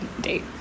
date